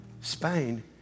Spain